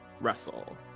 Russell